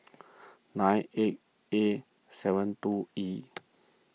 nine eight A seven two E